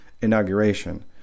inauguration